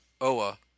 Oa